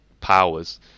powers